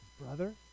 brother